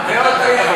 נקי יהיה, לא תהיה.